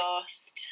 lost